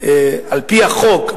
על-פי החוק,